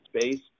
space